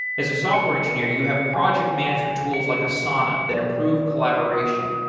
as a software engineer you have project management tools like asana that improve collaboration.